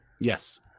Yes